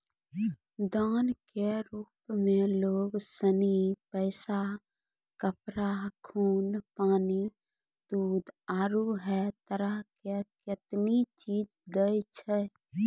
दान के रुप मे लोग सनी पैसा, कपड़ा, खून, पानी, दूध, आरु है तरह के कतेनी चीज दैय छै